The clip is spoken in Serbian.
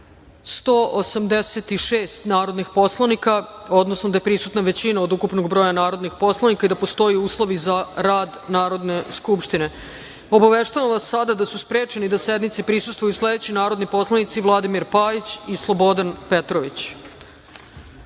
186 narodnih poslanika, odnosno da je prisutna većina od ukupnog borja narodnih poslanika i da postoje uslovi za rad Narodne skupštine. Obaveštavam vas da su sprečeni da sednici prisustvuju sledeći narodni poslanici: Vladimir Pajić i Slobodan Petrović. Saglasno